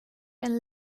and